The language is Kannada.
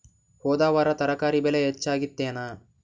ಹೊದ ವಾರ ತರಕಾರಿ ಬೆಲೆ ಹೆಚ್ಚಾಗಿತ್ತೇನ?